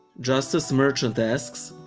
justus merchant asks,